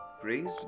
praised